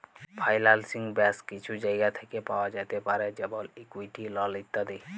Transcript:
ফাইলালসিং ব্যাশ কিছু জায়গা থ্যাকে পাওয়া যাতে পারে যেমল ইকুইটি, লল ইত্যাদি